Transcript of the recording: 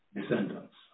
descendants